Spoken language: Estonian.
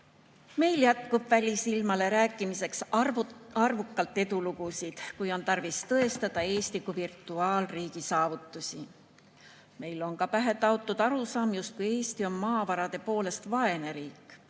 Meil jätkub välisilmale rääkimiseks arvukalt edulugusid, kui on tarvis tõestada Eesti kui virtuaalriigi saavutusi. Meile on pähe taotud ka arusaam, justkui Eesti oleks maavarade poolest vaene riik.